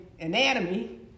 anatomy